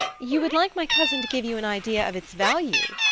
you would like my cousin to give you an idea of its value?